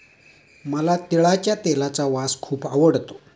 मला तिळाच्या तेलाचा वास खूप आवडतो